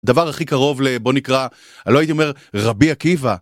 דבר הכי קרוב ל, בוא נקרא, לא הייתי אומר רבי עקיבא.